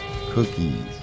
Cookies